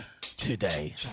today